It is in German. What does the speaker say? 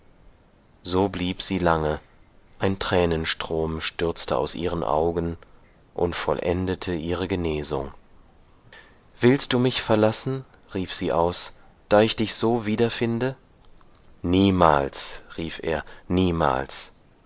so blieb sie lange ein tränenstrom stürzte aus ihren augen und vollendete ihre genesung willst du mich verlassen rief sie aus da ich dich so wiederfinde niemals rief er niemals